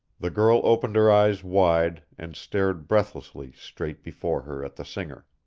the girl opened her eyes wide and stared breathlessly straight before her at the singer.